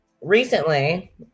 recently